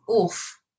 Oof